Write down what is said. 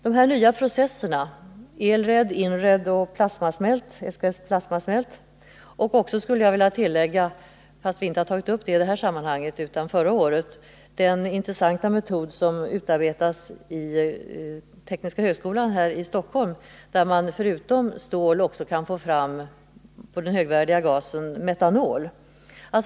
De nya processerna det gäller är ELRED, INRED och Plasmasmelt samt — skulle jag vilja tillägga, även om vi inte tagit upp det i det här sammanhanget utan förra året då vi behandlade frågan — den intressanta metod som utarbetas vid tekniska högskolan här i Stockholm. Genom denna metod kan man förutom stål också få fram den högvärdiga gasen metanol.